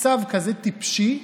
מוציא צו כזה טיפשי?